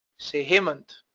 say, hemant,